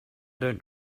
dont